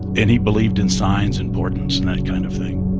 and he believed in signs and portents and that kind of thing